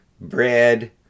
bread